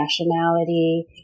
nationality